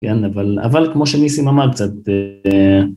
כן, אבל..אבל כמו שמיסי ממש קצת...